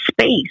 space